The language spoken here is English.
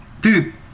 dude